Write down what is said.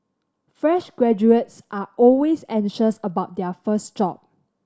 fresh graduates are always anxious about their first job